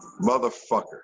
Motherfucker